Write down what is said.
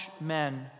men